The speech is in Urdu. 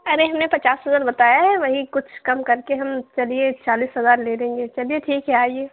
ارے ہم نے پچاس ہزار بتایا ہے وہی کچھ کم کر کے ہم چلیے چالیس ہزار لے لیں گے چلیے ٹھیک ہے آئیے